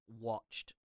watched